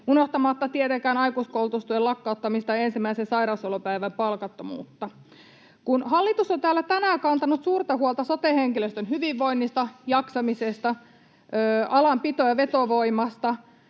unohtamatta tietenkään aikuiskoulutustuen lakkauttamista ja ensimmäisen sairauslomapäivän palkattomuutta. Kun hallitus on täällä tänään kantanut suurta huolta sote-henkilöstön hyvinvoinnista, jaksamisesta, alan pito- ja vetovoimasta,